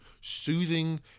soothing